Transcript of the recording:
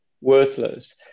worthless